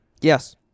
Yes